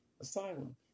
asylum